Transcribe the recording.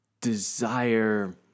desire